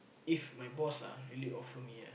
if my boss ah really offer me ah